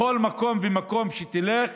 בכל מקום ומקום שתלך